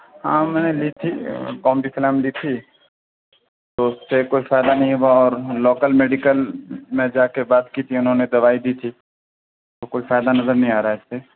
ہاں میں نے لی تھی کامبی فلام لی تھی تو اس سے کوئی فائدہ نہیں ہوا اور لوکل میڈیکل میں جا کے بات کی تھی انہوں نے دوائی دی تھی تو کوئی فائدہ نظرنہیں آ رہا ہے اس سے